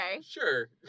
Sure